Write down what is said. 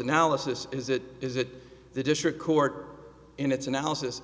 analysis is it is it the district court in its analysis